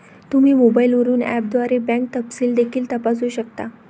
तुम्ही मोबाईलवरून ऍपद्वारे बँक तपशील देखील तपासू शकता